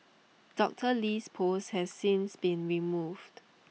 Doctor Lee's post has since been removed